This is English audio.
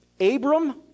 Abram